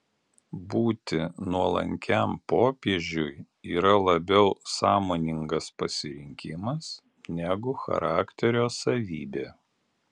būti nuolankiam popiežiui yra labiau sąmoningas pasirinkimas negu charakterio savybė